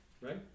right